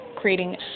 creating